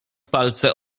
palce